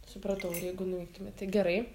supratau ir jeigu nueitumėt tai gerai